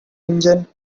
engine